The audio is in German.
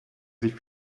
sich